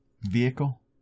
vehicle